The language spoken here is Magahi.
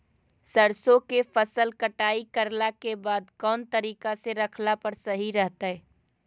सरसों के फसल कटाई करला के बाद कौन तरीका से रखला पर सही रहतय?